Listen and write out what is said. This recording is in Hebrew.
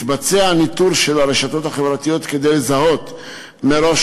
מתבצע ניטור של הרשתות החברתיות כדי לזהות מראש